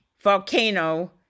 volcano